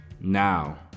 Now